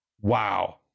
Wow